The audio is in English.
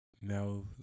now